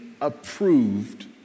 approved